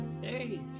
Hey